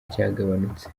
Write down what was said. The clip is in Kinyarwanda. cyagabanutse